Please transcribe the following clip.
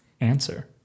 answer